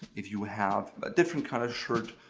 if you have a different colored shirt,